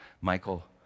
Michael